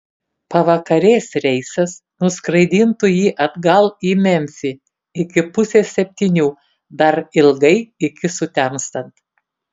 pavakarės reisas nuskraidintų jį atgal į memfį iki pusės septynių dar ilgai iki sutemstant